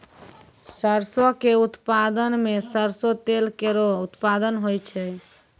सरसों क उत्पादन सें सरसों तेल केरो उत्पादन होय छै